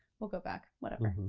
we'll go back, whatever.